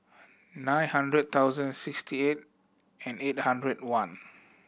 nine hundred thousand sixty eight and eight hundred one